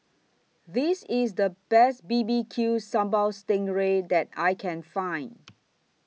This IS The Best B B Q Sambal Sting Ray that I Can Find